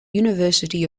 university